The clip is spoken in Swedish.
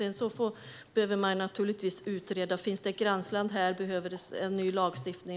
Sedan behöver man naturligtvis utreda om det finns ett gränsland här och om det behövs ny lagstiftning.